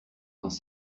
dans